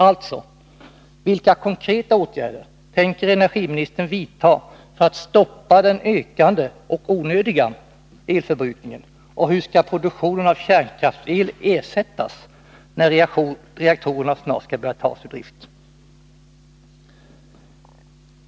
Alltså: Vilka konkreta åtgärder tänker energiministern vidta för att stoppa den ökande och onödiga elförbrukningen, och hur skall produktionen av kärnkraftsel ersättas när reaktorerna snart skall börja tas ur drift?